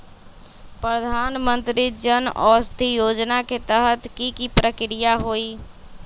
प्रधानमंत्री जन औषधि योजना के तहत की की प्रक्रिया होई?